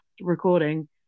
recording